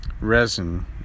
resin